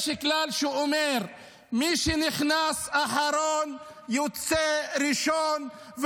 יש כלל שאומר: מי שנכנס אחרון יוצא ראשון.